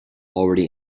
already